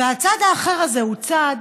והצד האחר הזה הוא צד